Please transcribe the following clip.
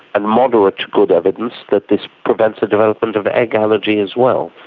and moderate good evidence that this prevents the development of egg allergy as well.